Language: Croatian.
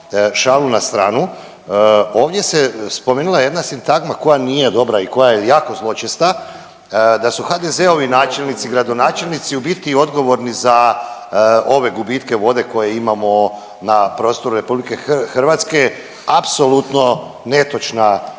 šalu na stranu. Ovdje se spomenula jedna sintagma koja nije dobra i koja je jako zločesta, da su HDZ-ovi načelnici, gradonačelnici u biti odgovorni za ove gubitke vode koje imamo na prostoru RH apsolutno netočna